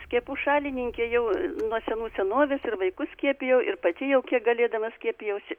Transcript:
skiepų šalininkė jau nuo senų senovės ir vaikus skiepijau ir pati jau kiek galėdama skiepijausi